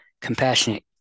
compassionate